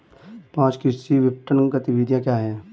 पाँच कृषि विपणन गतिविधियाँ क्या हैं?